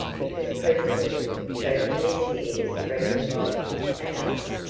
because presently, shaking their spears threateningly at us,